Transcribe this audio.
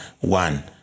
one